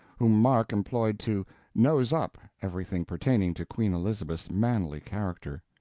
whom mark employed to nose up everything pertaining to queen elizabeth's manly character.